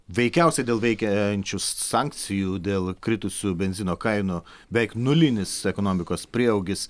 veikiausiai dėl veikiančių sankcijų dėl kritusių benzino kainų beveik nulinis ekonomikos prieaugis